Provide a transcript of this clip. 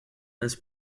this